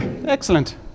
Excellent